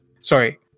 Sorry